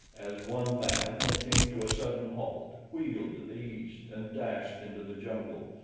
as one man they came to a sudden halt, wheeled to the east and dashed into the jungle,